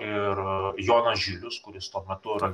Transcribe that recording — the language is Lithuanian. ir jonas žilius kuris tuo metu yra